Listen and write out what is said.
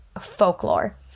Folklore